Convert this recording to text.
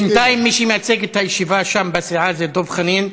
בינתיים מי שמייצג בישיבה שם את הסיעה זה דב חנין.